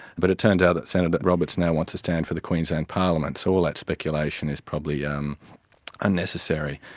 but it turns out that senator roberts now wants to stand for the queensland parliament. so all that speculation is probably um unnecessary.